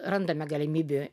randame galimybių